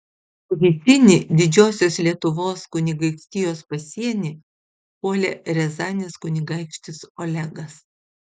rytinį didžiosios lietuvos kunigaikštijos pasienį puolė riazanės kunigaikštis olegas